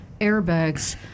airbags